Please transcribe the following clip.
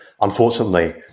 unfortunately